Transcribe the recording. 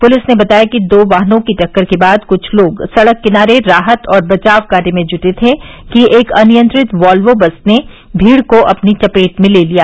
police ने बताया कि दो वाहनों की टक्कर के बाद कुछ लोग सड़क किनारे राहत और बचाव कार्य में जुटे थे कि एक अनियंत्रित वॉल्वो बस ने भीड़ को अपनी चपेट में ले लिया